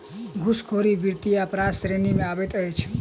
घूसखोरी वित्तीय अपराधक श्रेणी मे अबैत अछि